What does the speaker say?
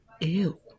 Ew